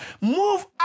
Move